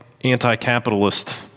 anti-capitalist